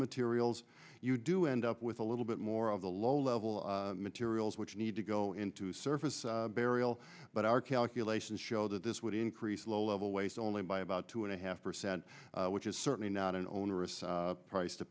materials you do end up with a little bit more of the low level materials which need to go into surface burial but our calculations show that this would increase low level waste only by about two and a half percent which is certainly not an onerous price to